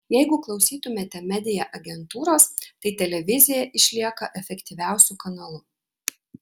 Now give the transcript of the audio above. jeigu klausytumėte media agentūros tai televizija išlieka efektyviausiu kanalu